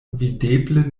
videble